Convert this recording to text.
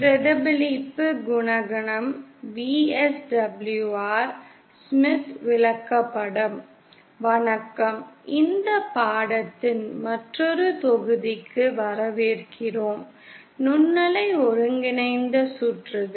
வணக்கம் இந்த பாடத்தின் மற்றொரு தொகுதிக்கு வரவேற்கிறோம் நுண்ணலை ஒருங்கிணைந்த சுற்றுகள்